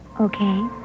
Okay